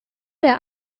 der